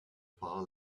far